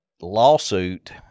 lawsuit